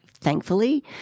thankfully